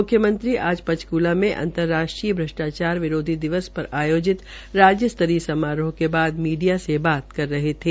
मुख्यमंत्री आज पंचकूला में अंतर्राष्ट्रीय भष्ट्राचार विरोधी दिवस पर आयोजित राज्य स्तरीय समारोह के बाद मीडिया से बात कर रहे थे